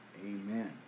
Amen